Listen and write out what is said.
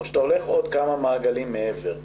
או שאתה הולך עוד כמה מעגלים מעבר לו.